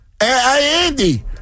Andy